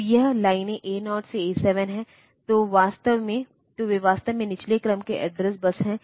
तो यह लाइनें A 0 से A 7 है तो वे वास्तव में निचले क्रम की एड्रेस बस हैं